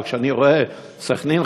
אבל כשאני רואה שבסח'נין,